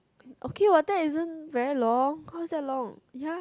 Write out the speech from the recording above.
okay what that isn't very long who say long ya